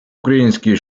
українські